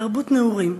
תרבות נעורים.